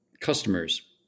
customers